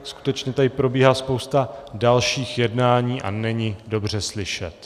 Skutečně tady probíhá spousta dalších jednání a není dobře slyšet.